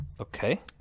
Okay